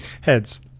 heads